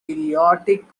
idiotic